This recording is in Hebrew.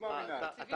אני